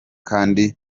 kandi